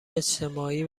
اجتماعی